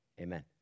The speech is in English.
amen